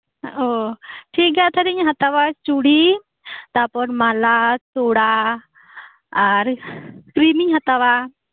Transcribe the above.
ᱳ ᱴᱷᱤᱠᱜᱮᱭᱟ ᱛᱟᱦᱚᱞᱮ ᱤᱧᱤᱧ ᱦᱟᱛᱟᱣᱟ ᱪᱩᱲᱤ ᱛᱟᱯᱚᱨ ᱢᱟᱞᱟ ᱛᱚᱲᱟ ᱟᱨ ᱠᱨᱤᱢ ᱤᱧ ᱦᱟᱛᱟᱣᱟ